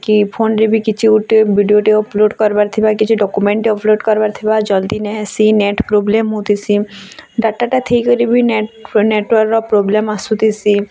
କି ଫୋନ୍ରେ ବି କିଛି ଗୁଟେ ଭିଡିଓଟେ ଅପଲୋଡ଼ କରବାର୍ ଥିବା କିଛି ଡକ୍ୟୁମେଣ୍ଟ ଅପଲୋଡ଼ କାରବାର୍ ଥିବା ଜଲ୍ଦି ନାଇଁ ହେସିଁ ନେଟ୍ ପ୍ରୋବ୍ଲେମ୍ ବହୁତ୍ ହେସିଁ ଡାଟା ଟା ଥି କରି ବି ନେଟ୍ ନେଟୱାର୍କ୍ ର ପ୍ରୋବ୍ଲେମ୍ ଅସୁଥିସି